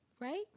right